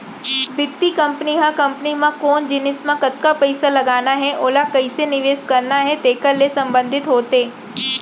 बित्त कंपनी ह कंपनी म कोन जिनिस म कतका पइसा लगाना हे ओला कइसे निवेस करना हे तेकर ले संबंधित होथे